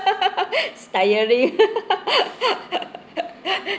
it's tiring